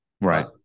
Right